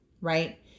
right